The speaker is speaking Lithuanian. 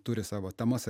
turi savo temas